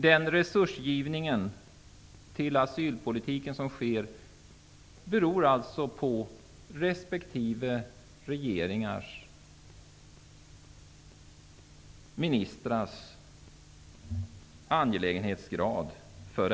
Den resursgivning beträffande asylpolitiken som sker beror alltså på angelägenhetsgraden i ärendet hos ministrarna i ländernas regeringar.